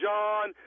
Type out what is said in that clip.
John